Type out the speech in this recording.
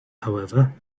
however